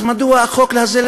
אז מדוע החוק הזה,